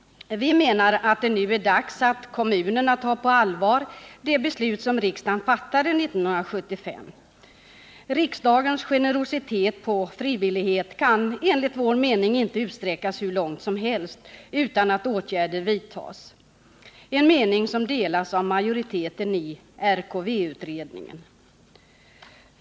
Vi menar att det nu är dags att kommunerna tar på allvar det beslut som riksdagen fattade 1975. Riksdagens generositet i fråga om frivillighet kan, enligt vår mening, inte utsträckas hur långt som helst utan att åtgärder vidtas, en mening som delas av majoriteten i RKV-utredningen.